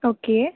okay